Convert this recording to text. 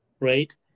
right